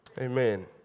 Amen